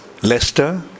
Leicester